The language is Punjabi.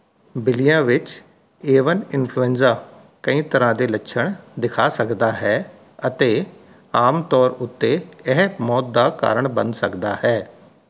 ਬਿੱਲੀਆਂ ਵਿੱਚ ਏਵਨ ਇਨਫਲੂਐਂਜ਼ਾ ਕਈ ਤਰ੍ਹਾਂ ਦੇ ਲੱਛਣ ਦਿਖਾ ਸਕਦਾ ਹੈ ਅਤੇ ਆਮ ਤੌਰ ਉੱਤੇ ਇਹ ਮੌਤ ਦਾ ਕਾਰਨ ਬਣ ਸਕਦਾ ਹੈ